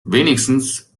wenigstens